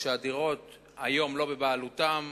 שהדירות היום לא בבעלותם,